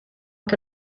que